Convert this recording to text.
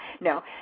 No